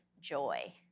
joy